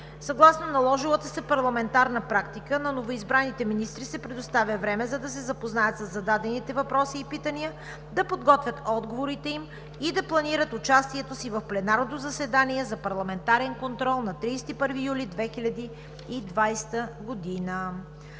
Съгласно наложилата се парламентарна практика на новоизбраните министри се предоставя време, за да се запознаят със зададените въпроси и питания, да подготвят отговорите им и да планират участието си в пленарното заседание за парламентарен контрол на 31 юли 2020 г.